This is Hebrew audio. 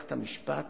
למערכת המשפט